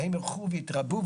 והם ילכו ויתרבו,